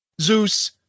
Zeus